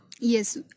Yes